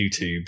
YouTube